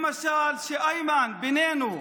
למשל: איימן, בינינו,